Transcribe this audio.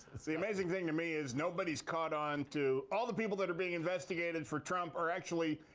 the amazing thing to me is nobody's caught on to all the people that are being investigated for trump are actually,